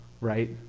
right